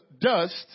dust